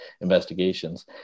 investigations